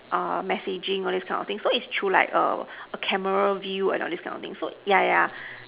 messaging all this kind of thing so is through like a camera view and all this kind of thing yeah yeah